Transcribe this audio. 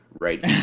Right